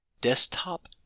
Desktop